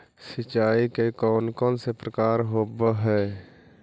सिंचाई के कौन कौन से प्रकार होब्है?